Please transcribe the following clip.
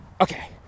okay